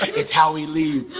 it's how we leave.